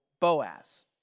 Boaz